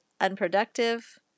unproductive